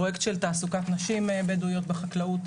פרוייקט של תעסוקת נשים בדואיות בחקלאות.